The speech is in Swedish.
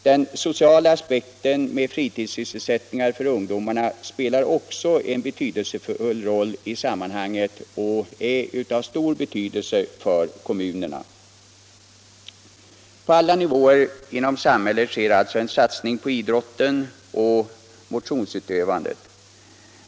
Den sociala aspekten med fritidssysselsättningar för ungdomarna spelar-också en betydelsefull roll i sammanhanget och är av stor betydelse för kommunerna. På alla nivåer inom samhället sker alltså en satsning på idrotten och motionsutövandet.